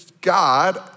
God